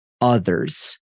others